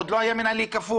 עוד לא היה מנהלי כפול,